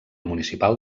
municipal